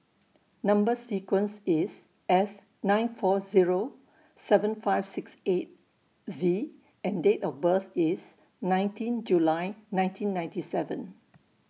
Number sequence IS S nine four Zero seven five six eight Z and Date of birth IS nineteen July nineteen ninety seven